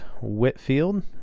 Whitfield